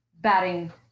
batting